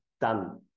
done